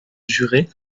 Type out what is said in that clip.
jurée